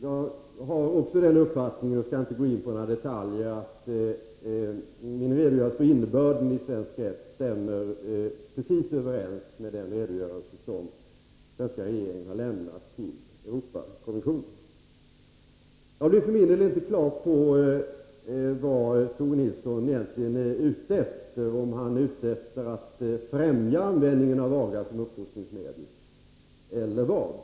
Jag har även den uppfattningen — jag skall inte gå in på några detaljer — att min redogörelse för innebörden av svensk rätt precis stämmer överens med den redogörelse som svenska regeringen har lämnat till Europakommissionen. För min del blev jag inte på det klara med vad Tore Nilsson egentligen är ute efter. Är Tore Nilsson ute efter att främja användningen av aga som uppfostringsmedel, eller vad?